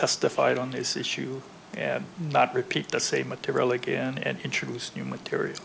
testified on this issue and not repeat the same material again and introduce new material